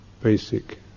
basic